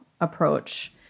approach